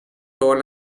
todas